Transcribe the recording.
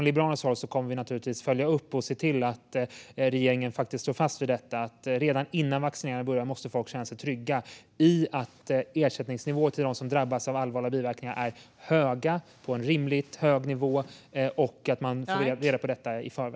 Liberalerna kommer givetvis att följa upp och se till att regeringen står fast vid att människor redan innan vaccinationerna börjar ska känna sig trygga med att ersättningsnivåerna till den som drabbas av allvarliga biverkningar ligger på en rimligt hög nivå.